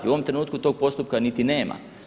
U ovom trenutku tog postupka niti nema.